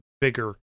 bigger